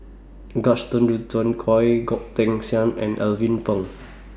Gaston Dutronquoy Goh Teck Sian and Alvin Pang